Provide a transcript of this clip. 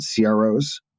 CROs